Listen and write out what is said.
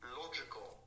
logical